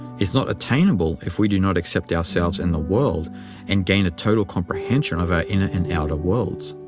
is not attainable if we do not accept ourselves and the world and gain a total comprehension of our inner and outer worlds.